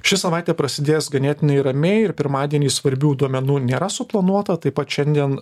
ši savaitė prasidės ganėtinai ramiai ir pirmadienį svarbių duomenų nėra suplanuota taip pat šiandien